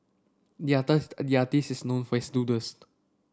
the the artist is known for his doodles